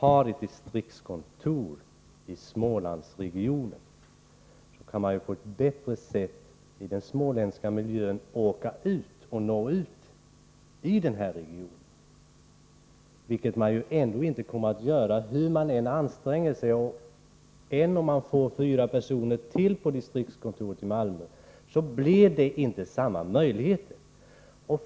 På ett distriktskontor i Smålandsregionen, i den småländska miljön, har man självfallet större möjligheter att åka ut i regionen och nå människorna. Hur man än anstränger sig — även om distriktskontoret i Malmö utökas med fyra personer — blir möjligheterna ändå inte desamma.